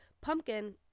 pumpkin